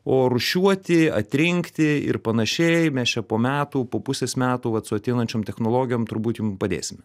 o rūšiuoti atrinkti ir panašiai mes čia po metų po pusės metų vat su ateinančiom technologijom turbūt jum padėsim